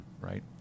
right